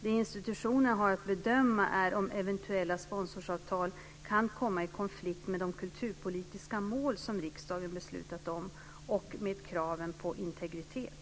Det institutionerna har att bedöma är om eventuella sponsoravtal kan komma i konflikt med de kulturpolitiska mål som riksdagen beslutat om och med kraven på integritet.